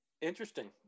Interesting